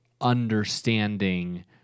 understanding